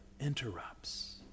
interrupts